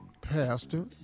pastor